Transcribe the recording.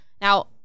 Now